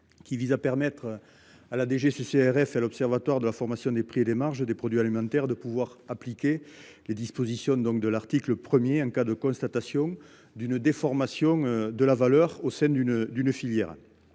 vise à permettre à la DGCCRF et à l’Observatoire de la formation des prix et des marges des produits alimentaires d’appliquer les dispositions prévues à l’article 1 du présent texte en cas de constatation d’une déformation de la valeur au sein d’une filière.